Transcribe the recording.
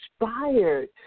inspired